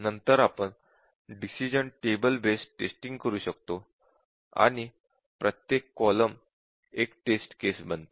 नंतर आपण decision table testing करू शकतो आणि प्रत्येक कॉलम एक टेस्ट केस बनते